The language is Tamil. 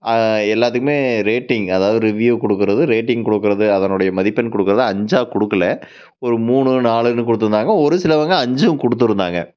எல்லாத்துக்கும் ரேட்டிங் அதாவது ரிவியூவ் கொடுக்குறது ரேட்டிங் கொடுக்குறது அதனுடைய மதிப்பெண் கொடுக்குறது அஞ்சாக கொடுக்கல ஒரு மூணு நாலுன்னு கொடுத்துருந்தாங்க ஒரு சிலவங்க அஞ்சும் கொடுத்துருந்தாங்க